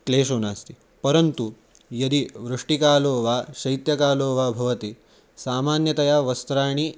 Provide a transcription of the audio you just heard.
क्लेशो नास्ति परन्तु यदि वृष्टिकालो वा शैत्यकालो वा भवति सामान्यतया वस्त्राणि